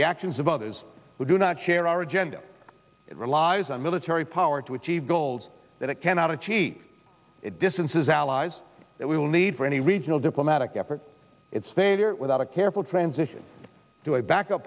the actions of others who do not share our agenda relies on military power to achieve goals that it cannot achieve it distances allies that we will need for any regional diplomatic effort it's they are without a careful transition to a back